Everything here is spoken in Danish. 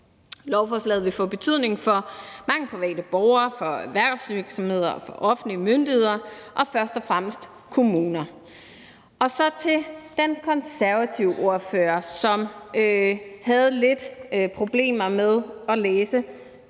Lovforslaget vil få betydning for mange private borgere, for erhvervsvirksomheder og for offentlige myndigheder og først og fremmest kommuner. Så til den konservative ordfører, som havde lidt problemer med at læse